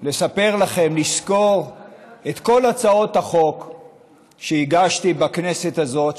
לספר לכם ולסקור את כל הצעות החוק שהגשתי בכנסת הזאת,